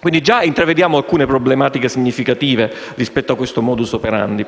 Quindi, già intravediamo pertanto alcune problematiche significative rispetto a questo *modus operandi*.